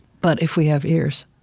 but if we have ears,